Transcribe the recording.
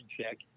check